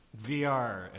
VR